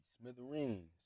Smithereens